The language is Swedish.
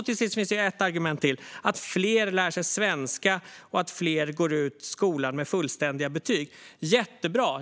Till sist finns det ett argument till, nämligen "att fler lär sig svenska och att fler går ut skolan med fullständiga betyg". Det är jättebra.